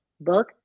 book